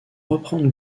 reprendre